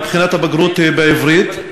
בחינת הבגרות בעברית.